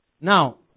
Now